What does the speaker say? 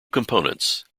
components